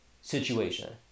situation